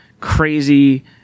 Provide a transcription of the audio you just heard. crazy